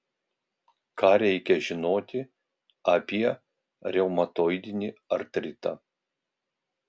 ką reikia žinoti apie reumatoidinį artritą